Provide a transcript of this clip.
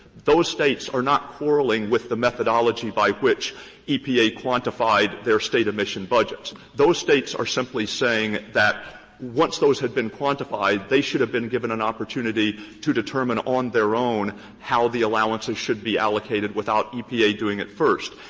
those states are not quarreling with the methodology by which epa quantified their state emission budgets. those states are simply saying that once those had been quantified they should have been given an opportunity to determine on their own how the allowances should be allocated without epa doing it first.